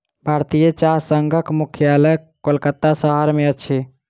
भारतीय चाह संघक मुख्यालय कोलकाता शहर में अछि